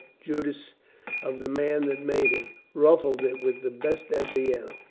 judas of the man that made him, ruffled it with the best at vienna.